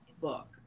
book